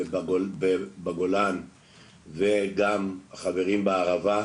בגולן וגם החברים בערבה,